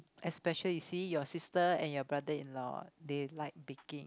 especially you see your sister and you brother-in-law they like baking